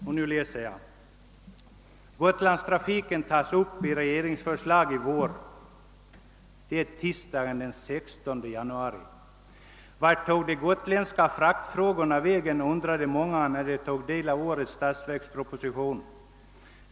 Under rubriken »Gotlandstrafiken tas upp i regeringsförslag i vår» skriver tidningen: »— Vart tog de gotländska fraktfrågorna vägen? undrade många, när de tog del av årets statsverksproposition.